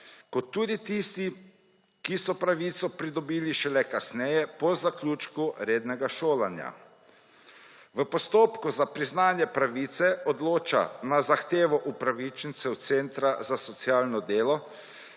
in tudi tisti, ki so pravico pridobili šele kasneje, po zaključku rednega šolanja. V postopku za priznanje pravice odloča na zahtevo upravičencev center za socialno delo,